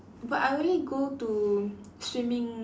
but I only go to swimming